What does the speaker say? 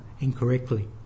incorrectly